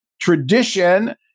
tradition